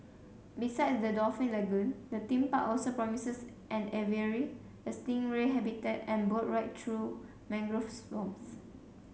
beside the dolphin lagoon the theme park also promises an aviary a stingray habitat and boat ride through mangrove swamps